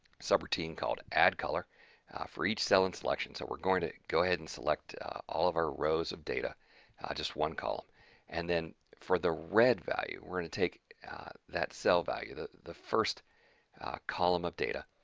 subroutine called add color for each cell in selection, so we're going to go ahead and select all of our rows of data just one call and then for the red value we're going to take that cell value the the first column of data,